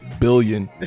Billion